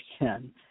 again